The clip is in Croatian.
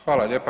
Hvala lijepa.